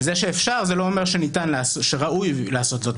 אבל זה שאפשר זה לא אומר שראוי לעשות זאת.